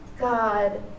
God